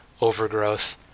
overgrowth